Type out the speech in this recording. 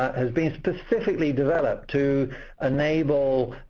has been specifically developed to enable